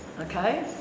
okay